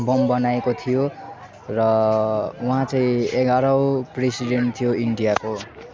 bomb बनाएको थियो र उहाँ चाहिँ एघारौँ प्रेसिडेन्ट थियो इन्डियाको